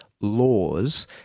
laws